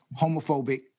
homophobic